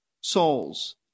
souls